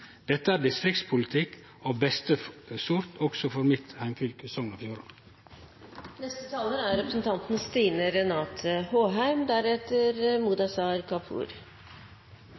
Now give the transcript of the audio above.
Dette er distriktspolitikk av beste sort, også for mitt heimfylke, Sogn og Fjordane. Det er